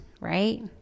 right